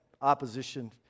opposition